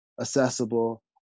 accessible